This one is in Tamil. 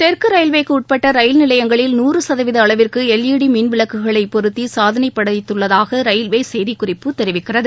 தெற்கு ரயில்வேக்கு உட்பட்ட ரயில் நிலையங்களில் நூறு சதவீத அளவிற்கு எல்ஈடி மின் விளக்குகளை பொருத்தி சாதனை படைத்துள்ளதாக ரயில்வே செய்திக்குறிப்பு தெரிவிக்கிறது